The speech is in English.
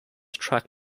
track